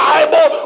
Bible